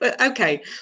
Okay